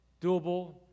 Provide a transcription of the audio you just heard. doable